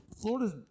Florida's